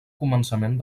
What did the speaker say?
començament